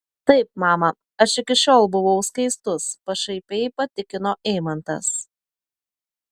taip mama aš iki šiol buvau skaistus pašaipiai patikino eimantas